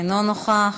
אינו נוכח,